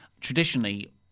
traditionally